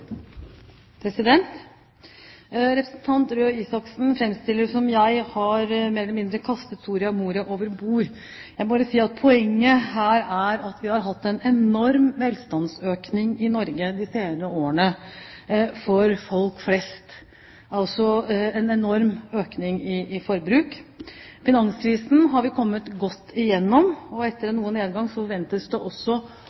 Røe Isaksen framstiller det som om jeg mer eller mindre har kastet Soria Moria over bord. Jeg vil bare si at poenget her er at vi har hatt en enorm velstandsøkning for folk flest i Norge de senere årene. Det er også en enorm økning i forbruk. Finanskrisen har vi kommet godt igjennom, og etter